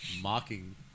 mocking